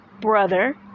brother